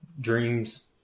Dreams